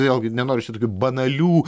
vėlgi nenoriu čia tokių banalių